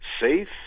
safe